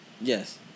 Yes